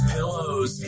Pillows